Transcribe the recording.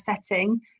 setting